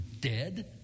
dead